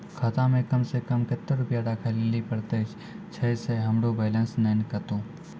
खाता मे कम सें कम कत्ते रुपैया राखै लेली परतै, छै सें हमरो बैलेंस नैन कतो?